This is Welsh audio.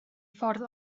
ffordd